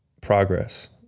Progress